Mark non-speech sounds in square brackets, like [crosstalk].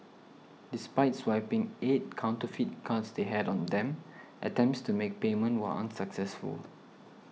despite swiping eight counterfeit cards they had on them [noise] attempts to make payment were unsuccessful